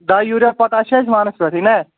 ڈاے urea potash چھُ اَسہِ وانَس پیٚٹھٕے نا